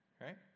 Right